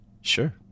Sure